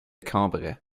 cambrai